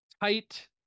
tight